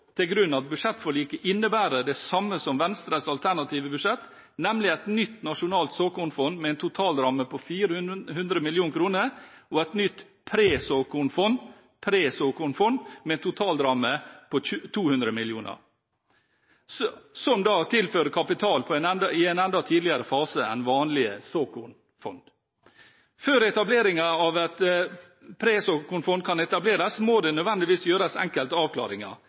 til grunn at budsjettforliket innebærer det samme som Venstres alternative budsjett, nemlig et nytt nasjonalt såkornfond med en totalramme på 400 mill. kr, og et nytt pre-såkornfond med en totalramme på 200 mill. kr som tilfører kapital i en enda tidligere fase enn vanlige såkornfond. Før et pre-såkornfond kan etableres, må det nødvendigvis gjøres enkelte avklaringer.